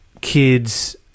kids